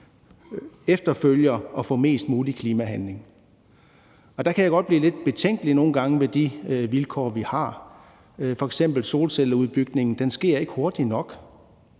efterstræber at få mest mulig klimahandling. Der kan jeg godt nogle gange blive lidt betænkelig ved de vilkår, vi har. F.eks. sker solcelleudbygningen ikke hurtigt nok.